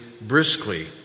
briskly